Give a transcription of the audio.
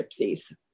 gypsies